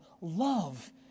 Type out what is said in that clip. love